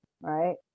right